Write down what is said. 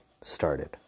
started